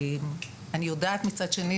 אני יודעת מצד שני,